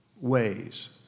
ways